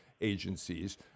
agencies